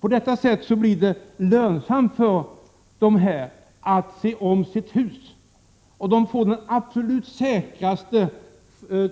På detta sätt blir det lönsamt för dessa människor att se om sina hus, och de får den absolut största